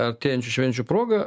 artėjančių švenčių proga